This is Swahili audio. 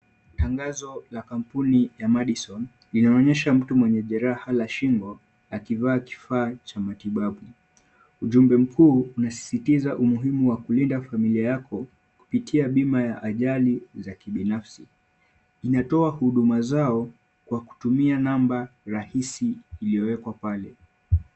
Tangazo la kampuni ya Madison linaonyesha mtu mwenye jeraha la shingo akivaa kifaa cha matibabu. Ujumbe mkuu unasisitiza umuhimu wa kulinda familia yako kupitia bima ya ajali ya kibinafsi. Inatoa huduma zao kwa kutumia namba rahisi iliyowekwa pale.